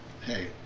hey